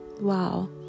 Wow